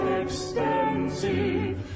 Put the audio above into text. extensive